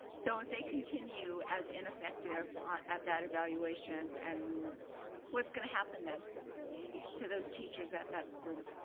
so if they continue as ineffective ah at that evaluation, and what's gonna happen then to those teachers at that school?